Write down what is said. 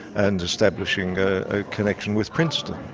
and establishing a connection with princeton.